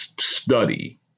study